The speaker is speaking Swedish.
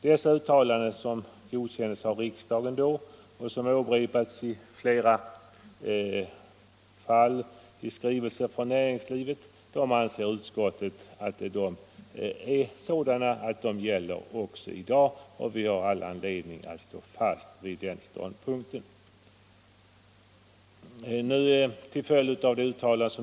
Dessa uttalanden, som godkändes av riksdagen och som åberopats i flera skrivelser från näringslivet, anser utskottet vara sådana att de gäller även i dag. Vi har därför all anledning att hålla fast vid den ståndpunkten.